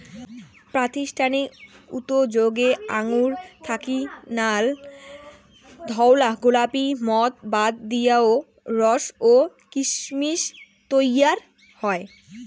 প্রাতিষ্ঠানিক উতোযোগে আঙুর থাকি নাল, ধওলা, গোলাপী মদ বাদ দিয়াও রস ও কিসমিস তৈয়ার হয়